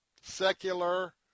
secular